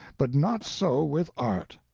but not so with art.